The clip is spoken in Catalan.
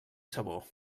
sabó